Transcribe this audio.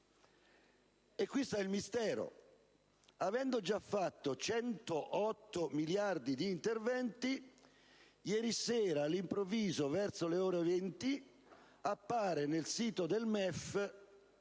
e qui sta il mistero: avendo già attuato 108 miliardi di interventi, ieri sera all'improvviso, verso le ore 20, appare nel sito del